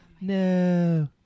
no